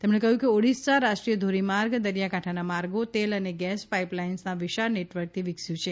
તેમણે કહ્યું ઓડિશા રાષ્ટ્રીય ધોરીમાર્ગો દરિયાકાંઠાના માર્ગો તેલ અને ગેસ પાઇપલાઇન્સના વિશાળ નેટવર્કથી વિકસ્યું છે